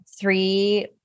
three